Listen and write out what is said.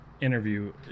interview